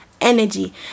energy